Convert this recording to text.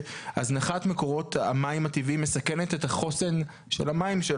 שהזנחת מקורות המים הטבעיים מסכנת את החוסן של המים,